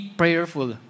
prayerful